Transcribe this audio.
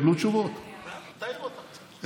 יתר על כן,